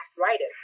arthritis